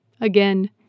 Again